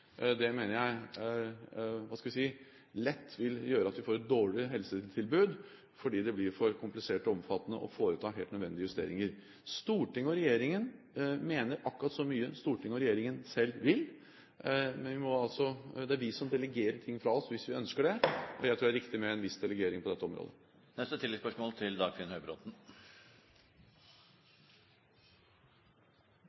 mener jeg lett vil gjøre at vi får et dårligere helsetilbud fordi det blir for komplisert og omfattende å foreta helt nødvendige justeringer. Stortinget og regjeringen mener akkurat så mye Stortinget og regjeringen selv vil. Men det er vi som delegerer ting fra oss hvis vi ønsker det, og jeg tror det er riktig med en viss delegering på dette området. Dagfinn Høybråten – til